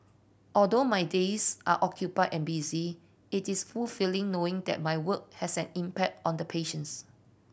although my days are occupied and busy it is fulfilling knowing that my work has an impact on the patients